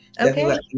okay